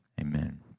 amen